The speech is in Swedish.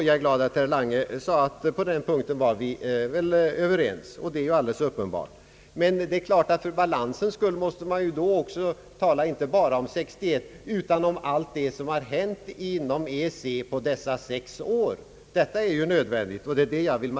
Jag är glad att herr Lange sade, att vi var överens på den punkten. Men för balansens skull måste man då inte bara tala om vad som hände 1961 utan även om allt det som hänt inom EEC på dessa sex år.